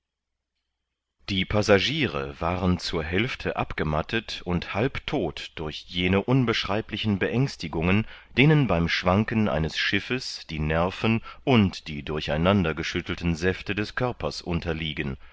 die passagiere waren zur hälfte abgemattet und halbtodt durch jene unbeschreiblichen beängstigungen denen beim schwanken eines schiffes die nerven und die durcheinander geschüttelten säfte des körpers unterliegen